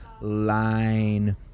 line